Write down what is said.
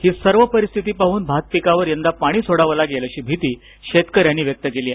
हि सर्व परिस्थिती पाहून भातपीकावर यंदा पाणी सोडाव लागेल अशी भीती शेतकऱ्यांनी व्यक्त केली आहे